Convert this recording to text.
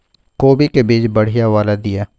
कोबी के बीज बढ़ीया वाला दिय?